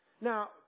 Now